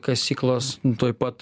kasyklos tuoj pat